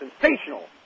Sensational